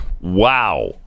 Wow